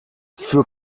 für